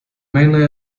mainly